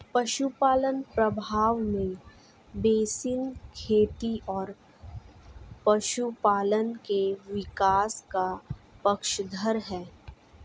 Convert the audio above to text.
पशुपालन प्रभाव में बेसिन खेती और पशुपालन के विकास का पक्षधर है